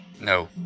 No